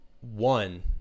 one